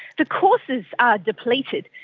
the courses are depleted,